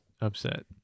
upset